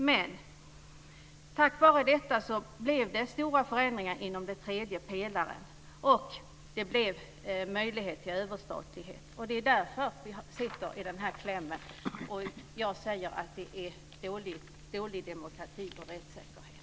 På grund av fördraget blev det stora förändringar inom den tredje pelaren och möjlighet till överstatlighet. Det därför vi sitter i den här klämmen. Det är dålig demokrati och rättssäkerhet.